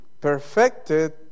perfected